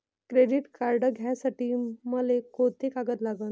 Credit card घ्यासाठी मले कोंते कागद लागन?